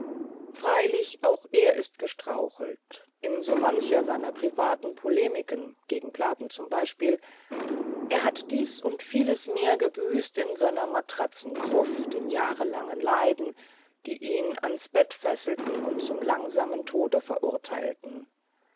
freilich auch er ist gestrauchelt in so mancher seiner privaten polemiken gegen platen z b er hat dies und vieles mehr gebüßt in seiner matratzengruft in jahrelangen leiden die ihn ans bett fesselten und zum langsamen tode verurteilten